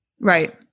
Right